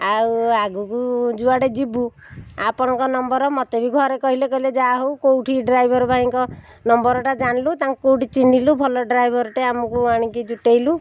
ଆଉ ଆଗକୁ ଯୁଆଡ଼େ ଯିବୁ ଆପଣଙ୍କ ନମ୍ବର୍ ମୋତେ ବି ଘରେ କହିଲେ କହିଲେ ଯାହାହଉ କେଉଁଠି ଡ୍ରାଇଭର୍ ଭାଇଙ୍କ ନମ୍ବର୍ଟା ଜାଣିଲୁ ତାଙ୍କୁ କେଉଁଠି ଚିହ୍ନିଲୁ ଭଲ ଡ୍ରାଇଭର୍ଟେ ଆମକୁ ଆଣିକି ଯୁଟେଇଲୁ